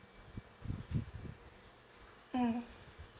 mm